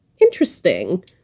interesting